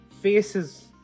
faces